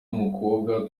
umukobwa